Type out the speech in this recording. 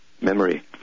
memory